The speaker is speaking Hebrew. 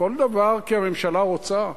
כל דבר כי הממשלה רוצה?